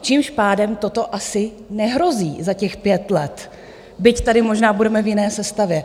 Tím pádem toto asi nehrozí za těch pět let, byť tady možná budeme v jiné sestavě.